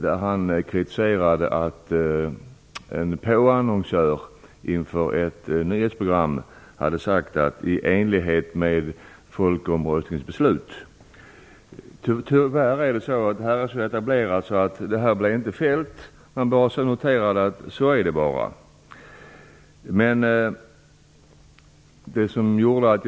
Där sades: i enlighet med folkomröstningens beslut. Det är tyvärr så att detta är så etablerat att detta inte blev fällt. Man noterade bara att så är det.